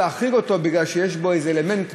הזה.